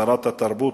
שרת התרבות,